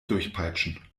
durchpeitschen